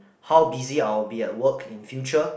how busy I'll be at work in future